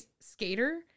skater